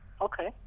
Okay